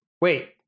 Wait